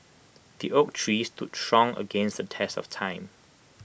the oak tree stood strong against the test of time